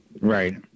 right